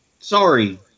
Sorry